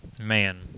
man